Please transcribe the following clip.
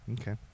Okay